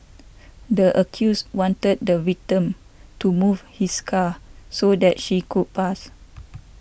the accused wanted the victim to move his car so that she could pass